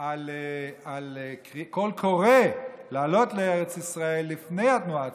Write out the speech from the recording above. על קול קורא לעלות לארץ ישראל לפני התנועה הציונית,